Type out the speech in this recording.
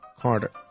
Carter